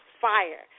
fire